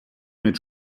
mit